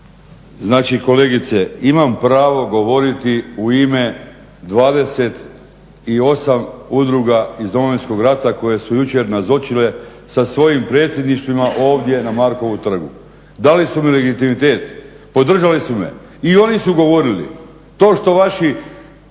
Znači kolegice, imam pravo govoriti u ime 28 udruga iz Domovinskog rata koje su jučer nazočile sa svojim predsjedništvima ovdje na Markovu trgu. Dali su mi legitimitet, podržali su me. I oni su govorili. To što vaši